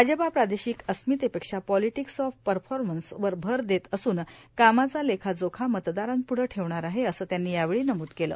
भाजपा प्रादेशिक अस्मितेपेक्षा politics of performance भर देत असून कामाचा लेखाजोखा मतदारांपुढे ठेवणार आहेए असं त्यांनी यावेळी नमूद केल